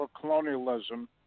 colonialism